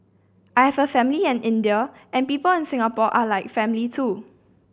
I have a family in India and people in Singapore are like family too